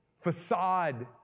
facade